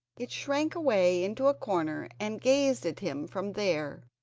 it shrank away into a corner and gazed at him from there,